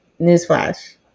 newsflash